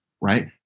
right